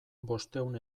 bostehun